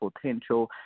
potential